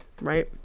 Right